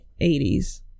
80s